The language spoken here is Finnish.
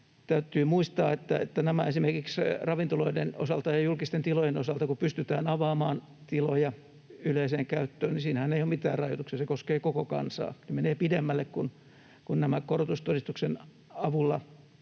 Täytyy muistaa, että kun esimerkiksi ravintoloiden osalta ja julkisten tilojen osalta pystytään avaamaan tiloja yleiseen käyttöön, niin siinähän ei ole mitään rajoituksia, se koskee koko kansaa. Ne menevät pidemmälle kuin nämä koronatodistuksen avulla